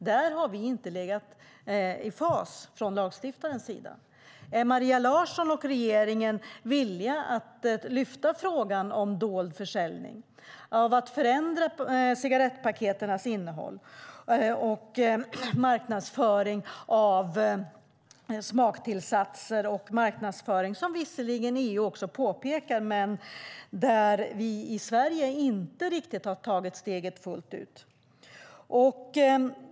Där har lagstiftningen inte legat i fas. Är Maria Larsson villig att ta upp frågor om dold försäljning, om att förändra cigarettpaketens innehåll och om marknadsföring av smaktillsatser? Det är marknadsföring som visserligen EU pekar på, men där Sverige inte riktigt har tagit steget fullt ut.